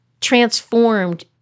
transformed